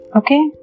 okay